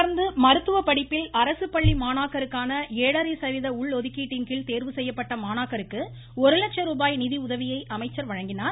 தொடா்ந்து மருத்துவப் படிப்பில் அரசுப்பள்ளி மாணாக்கருக்கான ஏழரை சதவிகித உள் ஒதுக்கீட்டின் கீழ் தேர்வு செய்யப்பட்ட மாணாக்கருக்கு ஒரு லட்சம் ரூபாய் நிதி உதவியை அமைச்சர் வழங்கினார்